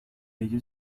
ellos